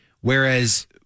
Whereas